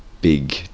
big